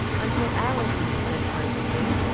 until alison said pleasantly,